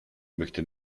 möchte